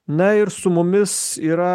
na ir su mumis yra